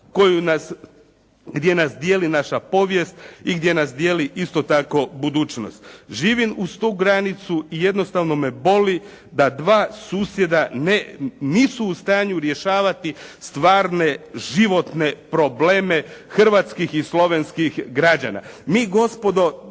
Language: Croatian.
gdje nas dijeli naša povijest i gdje nas dijeli isto tako budućnost. Živim uz tu granicu i jednostavno me boli da dva susjeda nisu u stanju rješavati stvarne životne probleme Hrvatskih i Slovenskih građana. Mi gospodo